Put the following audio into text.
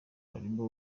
harimo